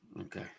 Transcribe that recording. Okay